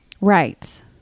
Right